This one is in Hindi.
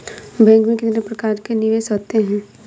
बैंक में कितने प्रकार के निवेश होते हैं?